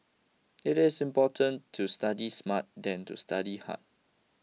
it is important to study smart than to study hard